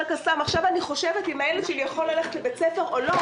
עכשיו אני חושבת אם הילד שלי יכול ללכת לבית ספר או לא,